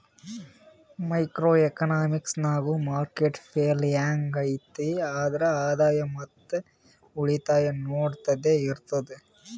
micro economics ನಾಗ್ market fail ಹ್ಯಾಂಗ್ ಐಯ್ತ್ ಆದ್ರ ಆದಾಯ ಮತ್ ಉಳಿತಾಯ ನೊಡದ್ದದೆ ಇರ್ತುದ್